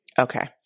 Okay